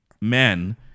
men